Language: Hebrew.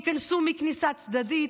ייכנסו מכניסה צדדית,